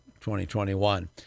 2021